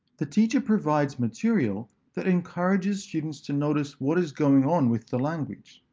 the teacher provides material that encourages students to notice what is going on with the language.